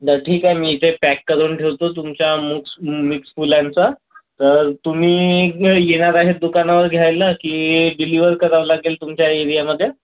तर ठीक आहे मी ते पॅक करून ठेवतो तुमच्या मुक्स मिक्स फुलांचा तर तुम्ही येणार आहे दुकानावर घ्यायला की डिलीवर करावं लागेल तुमच्या एरियामध्ये